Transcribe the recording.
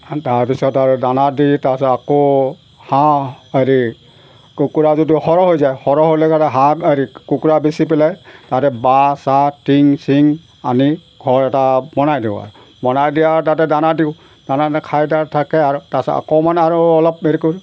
তাৰপিছত আৰু দানা দি তাৰপিছত আকৌ হাঁহ হেৰি কুকুৰা যদি সৰহ হৈ যায় সৰহ হ'লে হাঁহ এৰি কুকুৰা বেছি পেলাই তাতে বাঁহ চাহ টিং চিং আনি ঘৰ এটা বনাই দিওঁ আৰু বনাই দি আৰু তাতে দানা দিওঁ দানা খাই তাত থাকে আৰু তাৰপিছত আকৌ মানে আৰু অলপ হেৰি কৰোঁ